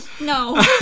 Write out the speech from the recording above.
No